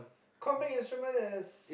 combing instrument is